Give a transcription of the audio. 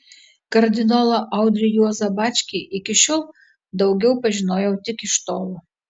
kardinolą audrį juozą bačkį iki šiol daugiau pažinojau tik iš tolo